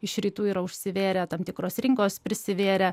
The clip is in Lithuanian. iš rytų yra užsivėrę tam tikros rinkos prisivėrė